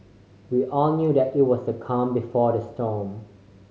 we all knew that it was the calm before the storm